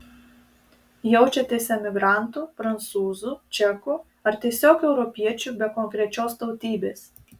jaučiatės emigrantu prancūzu čeku ar tiesiog europiečiu be konkrečios tautybės